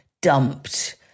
dumped